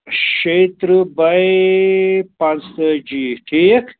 شیٚیہِ ترٕٛہ بَے پانٛژھ تٲجۍ ٹھیٖک